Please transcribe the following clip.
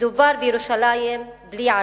מדובר בירושלים בלי ערבים.